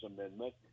Amendment